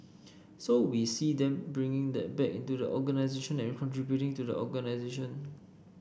so we see them bringing that back into the organisation and contributing to the organisation